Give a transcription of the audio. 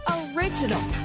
original